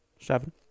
Seven